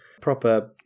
proper